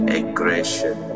aggression